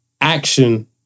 Action